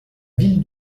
ville